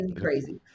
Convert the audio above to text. crazy